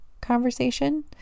conversation